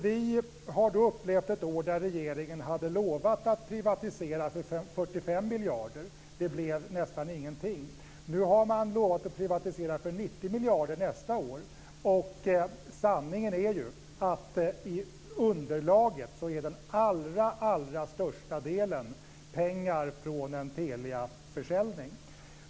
Vi har upplevt ett år då regeringen hade lovat att privatisera för 45 miljarder, men det blev nästan ingenting. Nu har man lovat att privatisera för 90 miljarder nästa år. Sanningen är ju att den allra största delen i underlaget är pengar från en Teliaförsäljning.